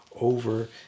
over